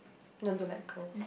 learn to let go